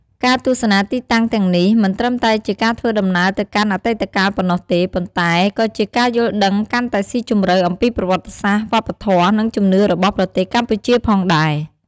ការទស្សនាទីតាំងទាំងនេះ មិនត្រឹមតែជាការធ្វើដំណើរទៅកាន់អតីតកាលប៉ុណ្ណោះទេ ប៉ុន្តែក៏ជាការយល់ដឹងកាន់តែស៊ីជម្រៅអំពីប្រវត្តិសាស្ត្រ វប្បធម៌ និងជំនឿរបស់ប្រទេសកម្ពុជាផងដែរ។